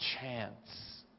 chance